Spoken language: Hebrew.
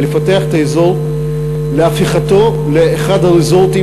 ולפתח את האזור להפיכתו לאחד הריזורטים